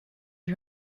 lui